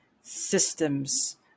systems